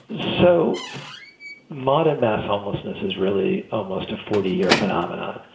so modern mass homelessness is really almost a forty year phenomena.